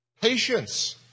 Patience